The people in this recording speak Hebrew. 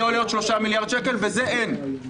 זה יהיה עוד שלושה מיליארד שקל ואת זה אין.